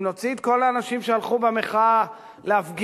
אם נוציא את כל האנשים שהלכו במחאה להפגין,